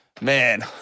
man